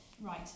Right